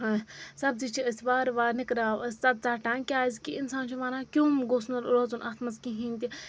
سَبزی چھِ أسۍ وارٕ وارٕ نِکراو أسۍ سۄ ژَٹان کیٛازِکہِ اِنسان چھُ وَنان کیوٚم گوٚژھ نہٕ روزُن اَتھ منٛز کِہیٖنۍ تہِ